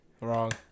Wrong